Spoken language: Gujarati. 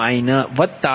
5 0